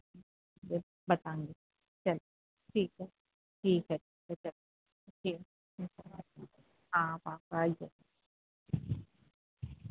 ج بتائیں گی چل ٹھیک ہے ٹھیک ہےھیک ہاں با آ ج